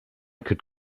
could